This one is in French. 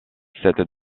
cette